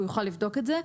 הוא יוכל לבדוק את זה?